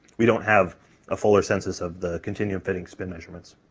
we don't have a fuller census of the continuum fitting spin measurements.